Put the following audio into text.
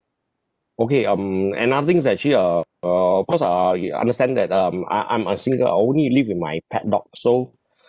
okay um another thing is actually uh uh because uh you understand that um I I'm a single I only live with my pet dog so